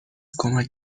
کمک